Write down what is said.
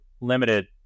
limited